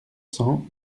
cents